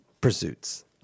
pursuits